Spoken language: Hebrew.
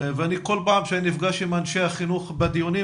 וכל פעם שאני נפגש עם אנשי החינוך בדיונים